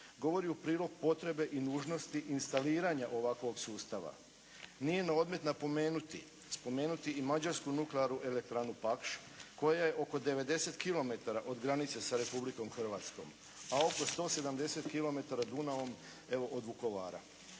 Govori u prilog potrebe i nužnosti instaliranja ovakvog sustava. Nije na odmet napomenuti, spomenuti i mađarsku Nuklearnu elektranu Pakš koja je oko 90 kilometara od granice sa Republikom Hrvatskom, a oko 170 kilometara Dunavom evo od Vukovara.